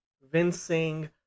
convincing